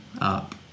up